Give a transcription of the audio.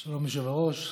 שלום, היושב-ראש.